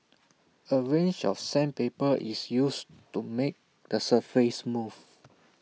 A range of sandpaper is used to make the surface smooth